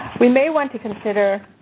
we may want to consider